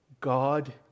God